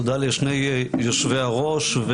תודה לשני יושבי הראש,